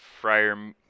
Friar